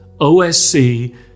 OSC